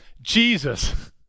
Jesus